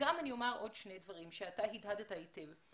אני אומר עוד שני דברים שאתה הדהדת אותם היטב.